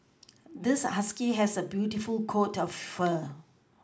this husky has a beautiful coat of fur